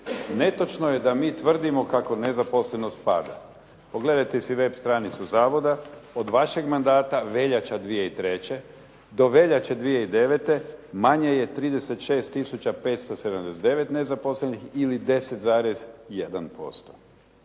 Netočno je da mi tvrdimo kako nezaposlenost pada. Pogledajte si web stranicu zavoda, od vašeg mandata veljača 2003. do veljače 2009. manje je 36 tisuća 579 nezaposlenih ili 10,1%.